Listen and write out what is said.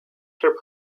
her